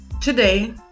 today